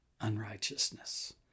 unrighteousness